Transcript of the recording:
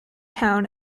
town